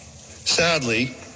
Sadly